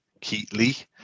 Keatley